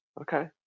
Okay